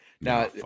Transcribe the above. Now